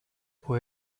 può